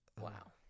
Wow